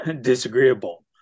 disagreeable